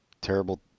Terrible